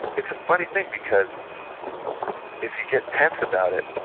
it's a funny thing because if you get tense about it,